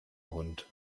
hund